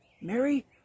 Mary